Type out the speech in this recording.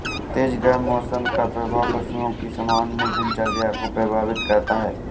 तेज गर्म मौसम का प्रभाव पशुओं की सामान्य दिनचर्या को प्रभावित करता है